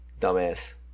Dumbass